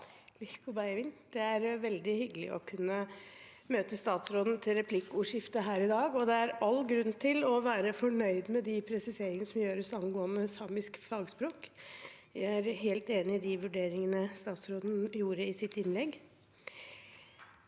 Lihkku beivviin! Det er veldig hyggelig å kunne møte statsråden til replikkordskifte her i dag, og det er all grunn til å være fornøyd med de presiseringene som gjøres angående samisk fagspråk. Jeg er helt enig i de vurderingene statsråden gjorde i sitt innlegg.